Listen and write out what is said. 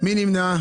מי נמנע?